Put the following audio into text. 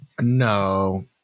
no